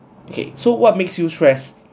okay so what makes you stressed